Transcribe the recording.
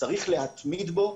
צריך להתמיד בו,